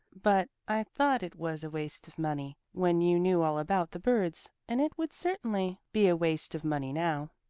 but i thought it was a waste of money when you knew all about the birds, and it would certainly be a waste of money now.